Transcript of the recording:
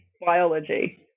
biology